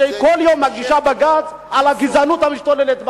שכל יום מגישה בג"ץ על הגזענות המשתוללת בארץ.